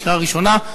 לקריאה ראשונה.